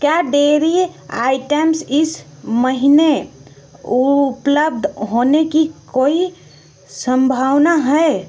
क्या dairy items इस महीने उपलब्ध होने की कोई संभावना है